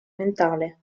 mentale